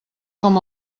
com